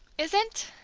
isn't!